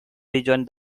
rejoined